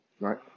right